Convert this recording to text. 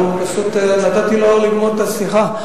פשוט נתתי לו לגמור את השיחה.